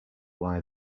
why